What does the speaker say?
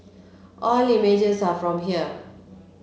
all images are from here